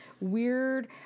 weird